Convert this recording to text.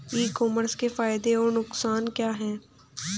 ई commerce के फायदे और नुकसान क्या हैं?